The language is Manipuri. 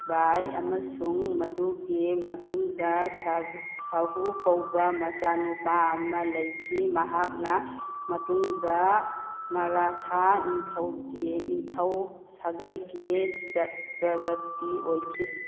ꯕꯥꯏ ꯑꯃꯁꯨꯡ ꯃꯗꯨꯒꯤ ꯃꯇꯨꯡꯗ ꯁꯥꯍꯨ ꯀꯧꯕ ꯃꯆꯥꯅꯨꯄꯥ ꯑꯃ ꯂꯩꯈꯤ ꯃꯍꯥꯛꯅ ꯃꯇꯨꯡꯗ ꯃꯔꯥꯊꯥ ꯅꯤꯡꯊꯧꯒꯤ ꯅꯤꯡꯊꯧ ꯁꯥꯒꯩꯒꯤ ꯆꯠꯇ꯭ꯔꯕꯇꯤ ꯑꯣꯏꯈꯤ